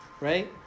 right